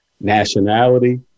nationality